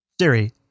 Siri